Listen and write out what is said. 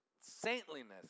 Saintliness